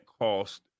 cost